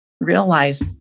realize